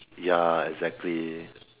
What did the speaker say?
ya exactly